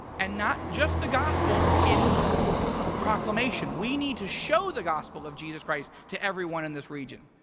and not just the gospel in proclamation, we need to show the gospel of jesus christ to everyone in this region.